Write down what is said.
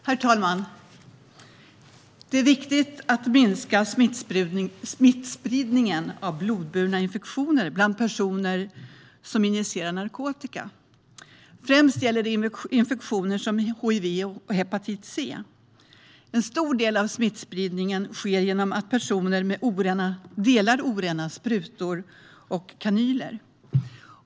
Herr talman! Det är viktigt att minska smittspridningen av blodburna infektioner bland personer som injicerar narkotika. Främst gäller det infektioner som hiv och hepatit C. En stor del av smittspridningen sker genom att personer delar orena sprutor och kanyler.